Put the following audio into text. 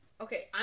Okay